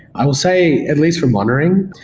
i will say at least for monitoring,